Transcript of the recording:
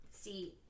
see